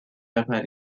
همه